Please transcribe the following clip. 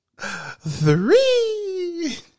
three